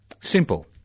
Simple